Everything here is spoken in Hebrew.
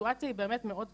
הסיטואציה היא באמת מאוד קשה.